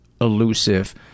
elusive